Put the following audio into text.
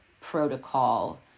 protocol